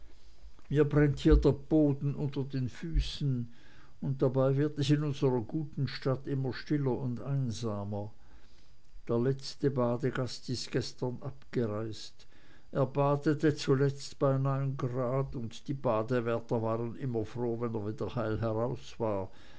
brennt hier der boden unter den füßen und dabei wird es in unserer guten stadt immer stiller und einsamer der letzte badegast ist gestern abgereist er badete zuletzt bei neun grad und die badewärter waren immer froh wenn er wieder heil heraus war